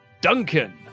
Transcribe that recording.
Duncan